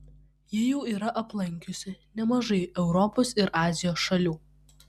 ji jau yra aplankiusi nemažai europos ir azijos šalių